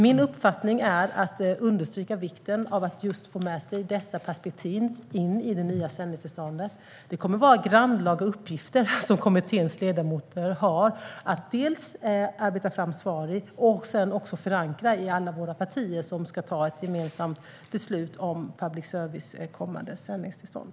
Min uppfattning är att man ska understryka vikten av att få med sig dessa perspektiv in i det nya sändningstillståndet. Detta kommer att vara grannlaga uppgifter för kommitténs ledamöter. Man ska arbeta fram svar och sedan förankra dessa i alla våra partier, som ska ta ett gemensamt beslut om public services kommande sändningstillstånd.